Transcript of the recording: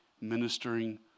ministering